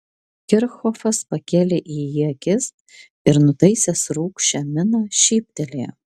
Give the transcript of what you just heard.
kirchhofas pakėlė į jį akis ir nutaisęs rūgščią miną šyptelėjo